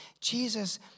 Jesus